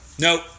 Nope